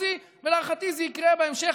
ולהערכתי זה יקרה בהמשך.